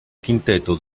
quinteto